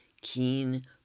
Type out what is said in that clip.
keen